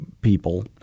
people